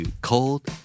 Cold